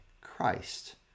Christ